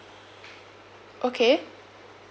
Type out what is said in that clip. okay